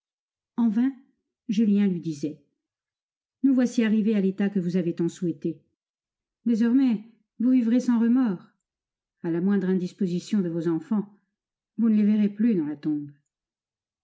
en vain julien lui disait nous voici arrivés à l'état que vous avez tant souhaité désormais vous vivrez sans remords a la moindre indisposition de vos enfants vous ne les verrez plus dans la tombe